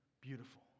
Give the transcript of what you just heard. beautiful